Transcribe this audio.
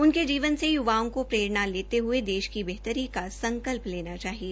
उनके श्रीवन से य्वाओं को प्ररेणा लेते हये देश की बहेतरी का संकल्प लेना चाहिए